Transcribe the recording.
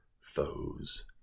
foes